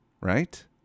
right